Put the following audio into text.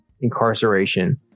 incarceration